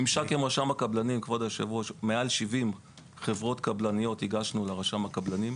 ממשק עם רשם הקבלנים יותר מ-70 חברות קבלניות הגשנו לרשם הקבלנים.